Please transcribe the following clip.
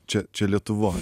čia čia lietuvoj